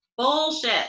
bullshit